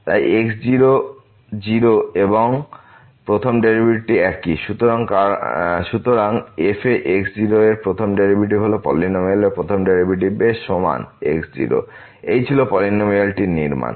তাই এই x0 0 এবং প্রথম ডেরিভেটিভ একই সুতরাং f এ x0 এর প্রথম ডেরিভেটিভ হল পলিনমিয়ালের প্রথম ডেরিভেটিভের সমান x0 এই ছিল এই পলিনমিয়ালটির নির্মাণ